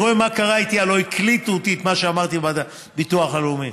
הלוא הקליטו אותי, את מה שאמרתי בביטוח הלאומי.